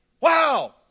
wow